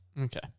Okay